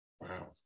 Wow